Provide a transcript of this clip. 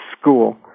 school